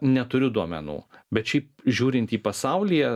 neturiu duomenų bet šiaip žiūrint į pasaulyje